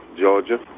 Georgia